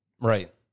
Right